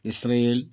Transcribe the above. Israel